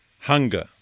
Hunger